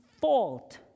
fault